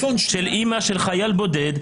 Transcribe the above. אימא של חייל בודד,